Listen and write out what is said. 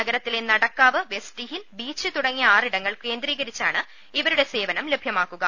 നഗരത്തിലെ Nadakkavu west hill beach തുടങ്ങി ആറിടങ്ങൾ കേന്ദ്രീകരിച്ചാണ് ഇവരുടെ സേവനം ലഭ്യമാക്കുക